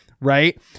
right